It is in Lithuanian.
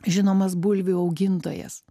žinomas bulvių augintojas